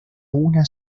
una